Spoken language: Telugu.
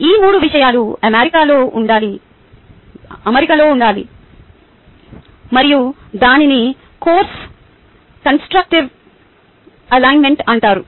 ఈ మూడు విషయాలూ అమరికలో ఉండాలి మరియు దానిని కొన్స్ట్రుక్టీవ్ అలిన్మెంట్ అంటారు